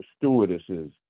stewardesses